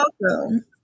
welcome